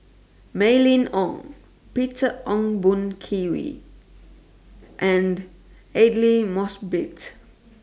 Mylene Ong Peter Ong Boon Kwee and Aidli Mosbit